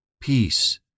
Peace